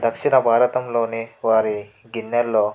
దక్షిణ భారతంలోనే వరి గిన్నెలో